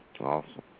Awesome